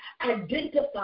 identify